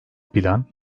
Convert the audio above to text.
plan